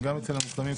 וגם אצל המוסלמים,